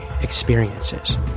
experiences